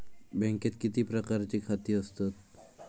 बँकेत किती प्रकारची खाती असतत?